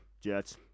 Jets